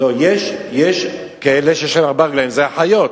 יש כאלה שיש להם ארבע רגליים וזה החיות.